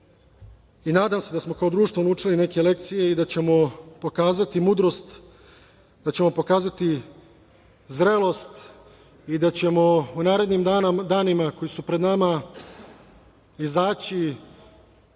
i nadam se da smo kao društvo naučili neke lekcije i da ćemo pokazati mudrost, da ćemo pokazati zrelost i da ćemo u narednim danima koji su pred nama izaći,